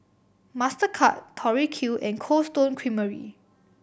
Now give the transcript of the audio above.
Mastercard Tori Q and Cold Stone Creamery